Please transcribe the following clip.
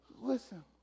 Listen